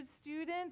students